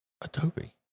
Adobe